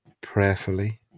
prayerfully